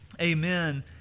Amen